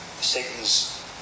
Satan's